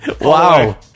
Wow